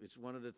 is one of the